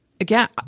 again